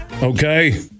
Okay